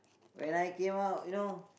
when I came out you know